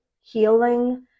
healing